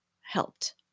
helped